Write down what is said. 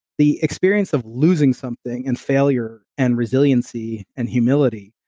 the experience of losing something and failure and resiliency and humility,